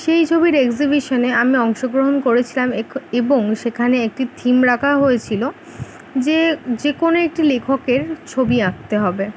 সেই ছবির এক্সিবিশনে আমি অংশগ্রহণ করেছিলাম এক এবং সেখানে একটি থিম রাখা হয়েছিলো যে যেকোনো একটি লেখকের ছবি আঁকতে হবে